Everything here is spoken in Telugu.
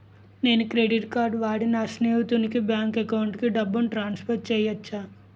నేను క్రెడిట్ కార్డ్ వాడి నా స్నేహితుని బ్యాంక్ అకౌంట్ కి డబ్బును ట్రాన్సఫర్ చేయచ్చా?